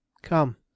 Come